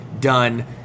done